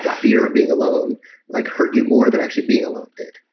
yeah fear of being alone like hurt you more than actually being alone did.